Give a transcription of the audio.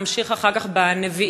נמשיך אחר כך לנביאים,